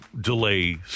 delay